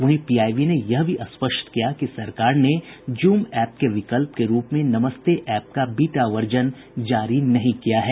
वहीं पीआईबी ने यह भी स्पष्ट किया कि सरकार ने जूम एप के विकल्प के रूप में नमस्ते एप का बीटा वर्जन जारी नहीं किया है